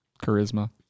charisma